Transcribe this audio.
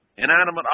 Inanimate